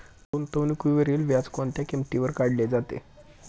गुंतवणुकीवरील व्याज कोणत्या किमतीवर काढले जाते?